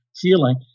feeling